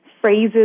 phrases